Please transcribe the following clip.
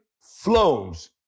flows